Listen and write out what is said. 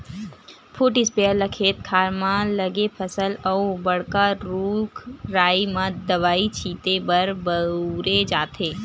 foot sprayer ल खेत खार म लगे फसल अउ बड़का रूख राई म दवई छिते बर बउरे जाथे